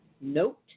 Note